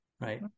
Right